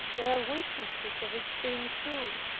there are witnesses of its being true.